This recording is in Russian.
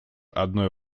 одной